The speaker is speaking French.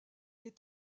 est